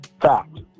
Fact